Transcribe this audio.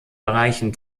bereichen